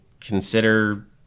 consider